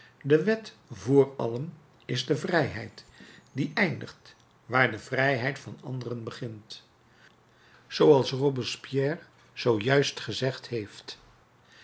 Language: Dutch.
de wet voor allen is de vrijheid die eindigt waar de vrijheid van anderen begint zooals robespierre zoo juist gezegd heeft